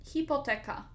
Hipoteka